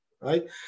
right